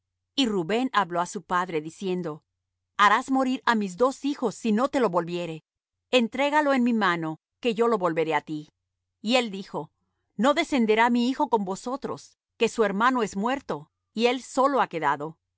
y rubén habló á su padre diciendo harás morir á mis dos hijos si no te lo volviere entrégalo en mi mano que yo lo volveré á ti y él dijo no descenderá mi hijo con vosotros que su hermano es muerto y él solo ha quedado